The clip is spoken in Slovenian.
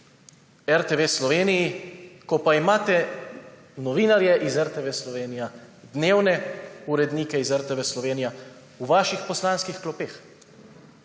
RTV Slovenija, ko pa imate novinarje iz RTV Slovenija, dnevne urednike iz RTV Slovenija v vaših poslanskih klopeh.